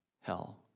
hell